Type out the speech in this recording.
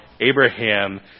Abraham